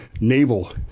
Naval